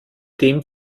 dem